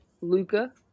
Luca